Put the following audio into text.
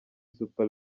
super